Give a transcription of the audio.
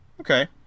Okay